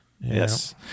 Yes